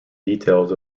details